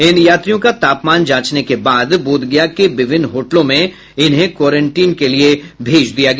इन यात्रियों का तापमान जांचने के बाद बोधगया के विभिन्न होटलों में क्वारेंटीन के लिए भेज दिया गया